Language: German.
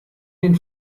den